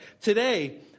Today